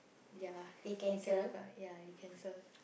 ya he cannot come ya he cancel